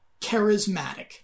charismatic